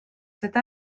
cette